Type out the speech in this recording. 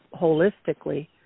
holistically